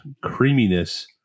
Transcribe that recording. creaminess